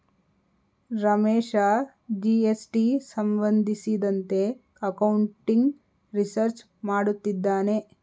Ramesh GST ಸಂಬಂಧಿಸಿದಂತೆ accounting research ಮಾಡುತ್ತಿದ್ದಾನೆ